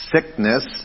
Sickness